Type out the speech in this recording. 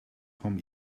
vom